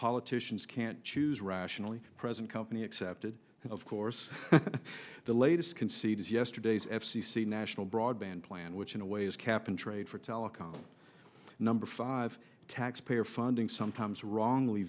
politicians can't choose rationally present company excepted of course the latest concedes yesterday's f c c national broadband plan which in a way is cap and trade for telecom number five taxpayer funding sometimes wrongly